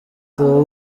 theo